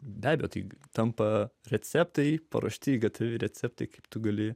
be abejo tai tampa receptai paruošti gatavi receptai kaip tu gali